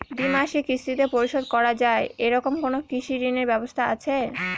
দ্বিমাসিক কিস্তিতে পরিশোধ করা য়ায় এরকম কোনো কৃষি ঋণের ব্যবস্থা আছে?